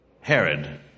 Herod